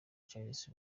charles